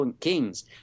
kings